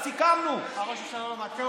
מה, ראש הממשלה לא מעדכן אותך?